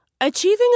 Achieving